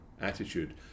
attitude